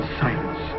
silence